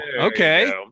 okay